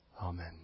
Amen